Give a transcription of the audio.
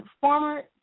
former